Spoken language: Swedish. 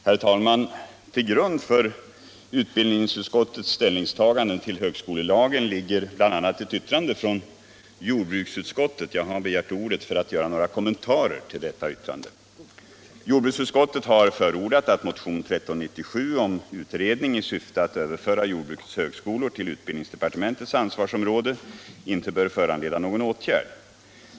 Herr talman! Till grund för utbildningsutskottets ställningstaganden till högskolelagen ligger bl.a. ett yttrande från jordbruksutskottet, och jag har begärt ordet för att göra några kommentarer till detta yttrande. Jordbruksutskottet har förordat att motionen 1397 syftande till att överföra jordbrukets högskolor till utbildningsdepartementets ansvarsområde inte bör föranleda någon åtgärd.